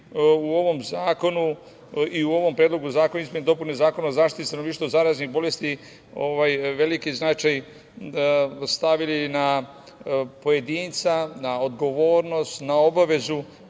u ovom zakonu i u ovom Predlogu zakona izmene i dopune Zakona o zaštiti stanovništva od zaraznih bolesti veliki značaj stavili na pojedinca, na odgovornost, na obavezu